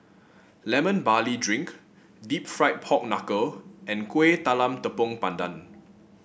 Lemon Barley Drink deep fried Pork Knuckle and Kuih Talam Tepong Pandan